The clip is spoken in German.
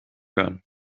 hören